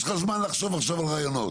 יש לך זמן עכשיו לחשוב על רעיונות.